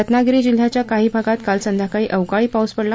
रत्नागिरी जिल्ह्याच्या काही भागात काल संध्याकाळी अवकाळी पाऊस पडला